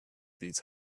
these